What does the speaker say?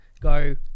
go